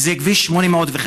וזה בכביש 805,